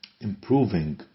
improving